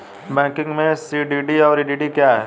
Banking में CDD और EDD क्या हैं?